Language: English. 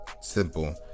Simple